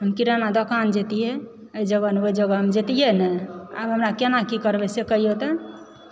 हम किराना दोकान जयतियै एहि जगह ओहि जगह जयतियै नऽ आब हमरा केना की करबय से कहिऔ तऽ